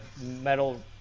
metal